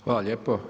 Hvala lijepo.